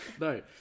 No